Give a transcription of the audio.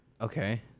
Okay